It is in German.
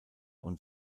und